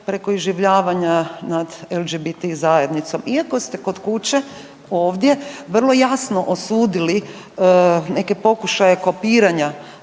preko iživljavanja nad LGBT zajednicom, iako ste kod kuće, ovdje vrlo jasno osudili neke pokušaje kopiranja